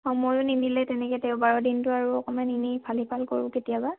সময়ো নিমিলে তেনেকে দেওবাৰৰ দিনটো আৰু অকণমান এনে ইফাল সিফাল কৰোঁ কেতিয়াবা